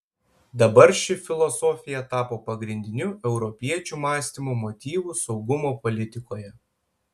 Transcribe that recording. dabar ši filosofija tapo pagrindiniu europiečių mąstymo motyvu saugumo politikoje